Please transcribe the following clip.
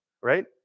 right